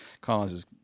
causes